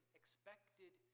expected